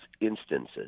instances